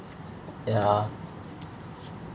ya